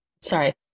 Sorry